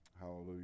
Hallelujah